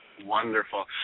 Wonderful